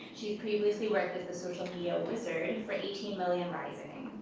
she previously worked as the social media wizard for eighteen million rising.